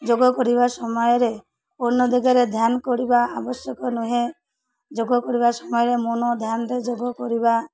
ଯୋଗ କରିବା ସମୟରେ ଅନ୍ୟ ଦିଗରେ ଧ୍ୟାନ କରିବା ଆବଶ୍ୟକ ନୁହେଁ ଯୋଗ କରିବା ସମୟରେ ମନ ଧ୍ୟାନରେ ଯୋଗ କରିବା